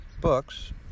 Books